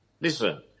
Listen